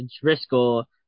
Driscoll